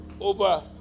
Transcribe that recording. over